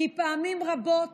כי פעמים רבות